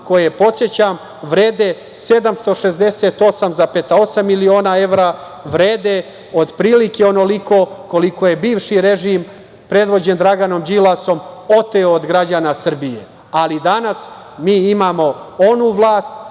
koje podsećam, vrede 768,8 miliona evra, vrede otprilike onoliko koliko je bivši režim, predvođen Draganom Đilasom oteo od građana Srbije, ali danas mi imamo onu vlast,